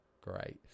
great